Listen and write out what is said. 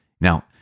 Now